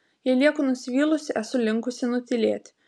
jei lieku nusivylusi esu linkusi nutylėti